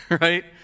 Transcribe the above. right